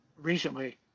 recently